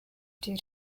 due